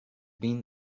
been